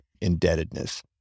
indebtedness